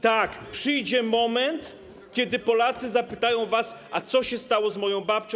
Tak, przyjdzie moment, kiedy Polacy zapytają was: A co się stało z moją babcią?